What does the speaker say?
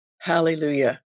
Hallelujah